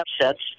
upsets